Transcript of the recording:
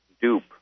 dupe